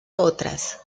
otras